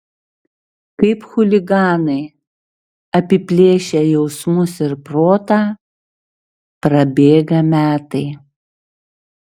kaip chuliganai apiplėšę jausmus ir protą prabėga metai